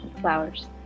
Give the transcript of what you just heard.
flowers